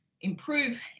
improve